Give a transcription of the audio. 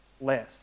less